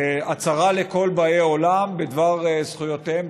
הצהרה לכל באי עולם בדבר זכויותיהם,